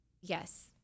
Yes